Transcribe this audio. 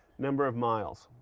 number of miles.